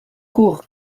court